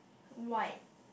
white